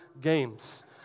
games